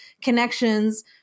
connections